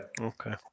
Okay